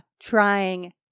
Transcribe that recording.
trying